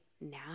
now